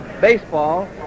baseball